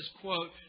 Quote